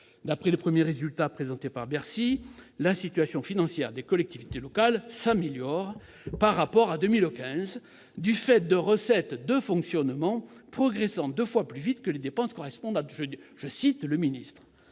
d'après les premiers résultats présentés par Bercy, la situation financière des collectivités locales s'améliore par rapport à 2015, ... Non !... du fait de recettes de fonctionnement progressant deux fois plus vite que les dépenses correspondantes. Je cite le secrétaire